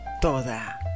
toda